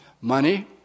money